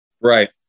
Right